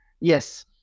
yes